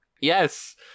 Yes